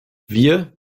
wir